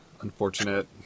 unfortunate